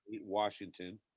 Washington